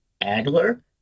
Adler